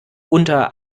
unter